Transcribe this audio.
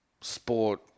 sport